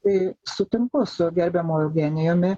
tai sutinku su gerbiamu eugenijumi